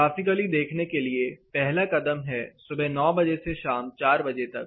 graphically दिखाने के लिएपहला कदम है सुबह 900 बजे से शाम के 400 बजे तक